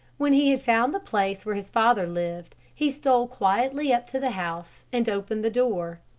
when he had found the place where his father lived he stole quietly up to the house and opened the door.